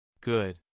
Good